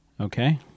Okay